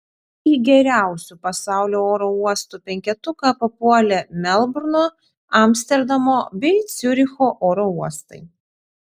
į geriausių pasaulio oro uostų penketuką papuolė melburno amsterdamo bei ciuricho oro uostai